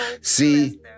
See